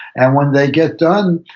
and when they get done,